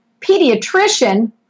pediatrician